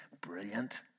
brilliant